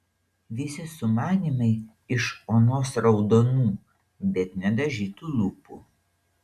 visi sumanymai iš onos raudonų bet nedažytų lūpų